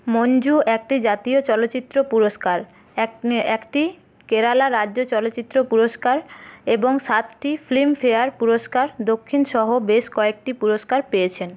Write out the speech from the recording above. মঞ্জু একটি জাতীয় চলচ্চিত্র পুরস্কার একটি কেরালা রাজ্য চলচ্চিত্র পুরস্কার এবং সাতটি ফিল্মফেয়ার পুরস্কার দক্ষিণ সহ বেশ কয়েকটি পুরস্কার পেয়েছেন